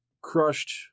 crushed